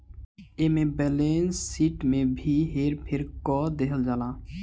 एमे balance sheet में भी हेर फेर क देहल जाता